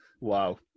Wow